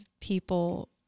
people